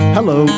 Hello